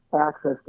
access